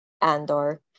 Andor